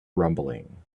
rumbling